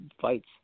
fights